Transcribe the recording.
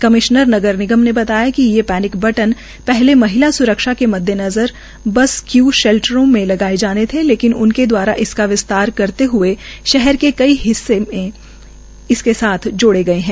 commissioner नगर निगम ने बताया कि यह पैनिक बटन पहले महिला स्रक्षा के मद्देनजर बस किय् शेल्ट्रो में लगाए जाने थे लेकिन उनके द्वारा इसका विस्तार करते हुए शहर के कई हिस्से इसके साथ जोड़े है